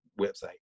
website